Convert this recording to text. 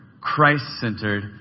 Christ-centered